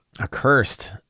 Accursed